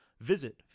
Visit